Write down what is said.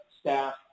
staff